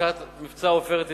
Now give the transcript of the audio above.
בשעת מבצע "עופרת יצוקה".